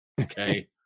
okay